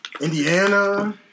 Indiana